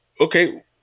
okay